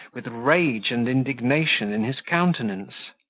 with rage and indignation in his countenance.